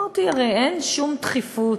אמרתי: הרי אין שום דחיפות.